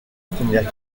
première